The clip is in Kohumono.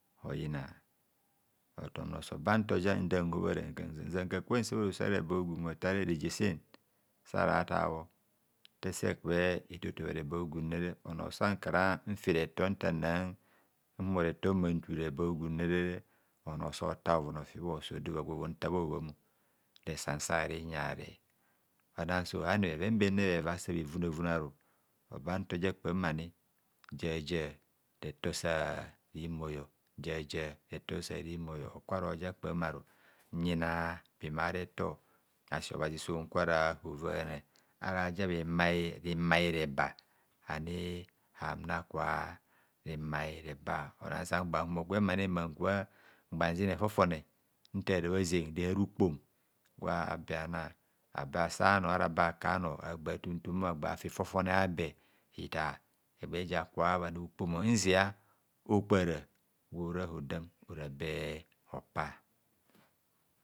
Oyina tututu omoso ba ntoja nhobhara njankaka nse bharoso ara reba hogun otar reje sen sarata bho nte se kubho etoto bha reba hagunne onor san kara nfi retor ntanna nhumo reto mmanture reba hogunne onor sota hovon ofi bho sodo va kwe ntar bha hobham resan sarin yare ona sunhani bheven bene bheva bheva sa bhe vunavune aru oba ntoja kpam ani ja ja retor sa rin bhoi, jaja retor sarin bhoi mmo karoja kpam aru nyina bhimai aretor. Asi obhazi sunkara hovana ara ja rin mai reba ani hamuna kua rinmai reba ora sankubho nhumo gwem mmamgban zine fo fone ntara bhaze rehara ukpom gwabe bhana abe asa onor ara abe aka onor agba tuntunmor afi fofone a'be hi tar gba egba ja kubho bhana ukpom nzia okpara guora hodam orabe hopa.